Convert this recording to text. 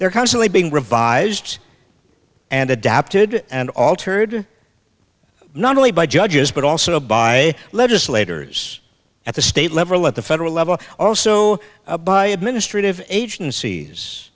they're constantly being revised and adapted and altered not only by judges but also by legislators at the state level at the federal level also by administrative agencies